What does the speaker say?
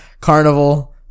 Carnival